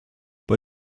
bei